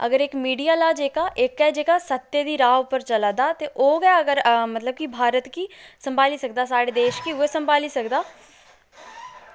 अगर इक मीडिया आह्ला जेह्का इक ऐ जेह्का सत्य दी राह् उप्पर चला दा ते ओह् गै अगर मतलव कि भारत गी संभाली सकदा साढ़े देश कि उयै संभाली सकदा